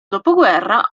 dopoguerra